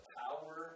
power